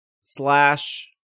slash